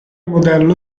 modello